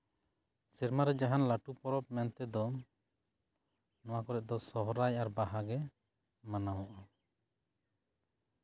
ᱥᱮᱨᱢᱟ ᱨᱮ ᱡᱟᱦᱟᱱ ᱞᱟᱹᱴᱩ ᱯᱚᱨᱚᱵᱽ ᱢᱮᱱᱛᱮ ᱫᱚ ᱱᱚᱣᱟ ᱠᱚᱨᱮ ᱫᱚ ᱥᱚᱨᱦᱟᱭ ᱟᱨ ᱵᱟᱦᱟ ᱜᱮ ᱢᱟᱱᱟᱣᱟᱚᱜᱼᱟ